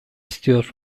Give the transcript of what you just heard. istiyor